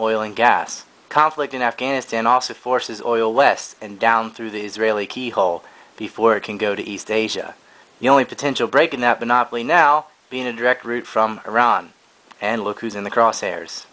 oil and gas conflict in afghanistan also forces oil less and down through the israeli keyhole before it can go to east asia the only potential break in that monopoly now being a direct route from iran and look who's in the crosshairs